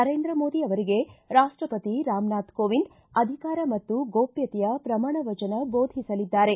ನರೇಂದ್ರ ಮೋದಿ ಅವರಿಗೆ ರಾಷ್ಟಪತಿ ರಾಮನಾಥ್ ಕೋವಿಂದ್ ಅಧಿಕಾರ ಮತ್ತು ಗೋಷ್ಟತೆಯ ಪ್ರಮಾಣ ವಚನ ಬೋಧಿಸಲಿದ್ದಾರೆ